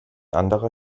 anderer